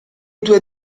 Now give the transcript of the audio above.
due